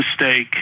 mistake